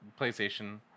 PlayStation